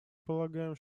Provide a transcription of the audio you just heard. полагаем